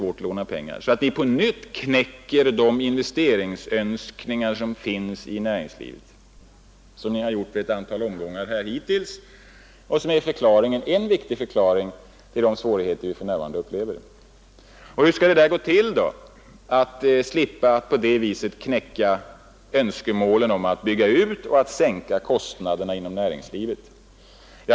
På det sättet skulle ni på nytt knäcka de investeringsönskningar som finns i näringslivet, som ni har gjort i ett antal omgångar hittills och som är en viktig förklaring till de svårigheter vi för närvarande upplever. Hur skall det gå till att slippa att på det viset knäcka önskemålen om att bygga ut och att sänka kostnaderna inom näringslivet?